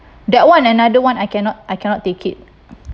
that [one] another [one] I cannot I cannot take it